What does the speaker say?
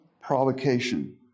provocation